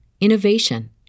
innovation